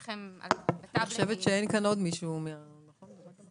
אז באמת בדיון האחרון